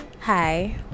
hi